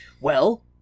Well